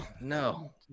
No